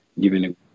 giving